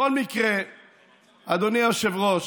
בכל מקרה, אדוני היושב-ראש,